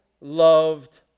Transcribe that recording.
loved